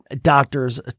Doctors